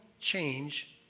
change